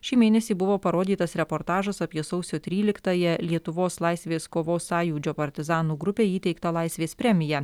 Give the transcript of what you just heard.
šį mėnesį buvo parodytas reportažas apie sausio tryliktąją lietuvos laisvės kovos sąjūdžio partizanų grupei įteiktą laisvės premiją